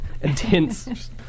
intense